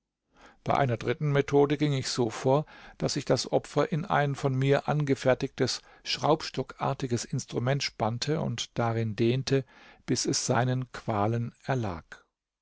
bei einer dritten methode ging ich so vor daß ich das opfer in ein von mir angefertigtes schraubstockartiges instrument spannte und darin dehnte bis es seinen qualen erlag